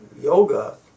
yoga